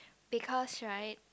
because right